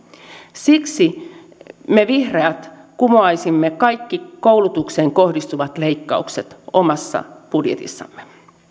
siksi me vihreät kumoaisimme kaikki koulutukseen kohdistuvat leikkaukset omassa budjetissamme